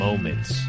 Moments